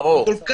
ברור.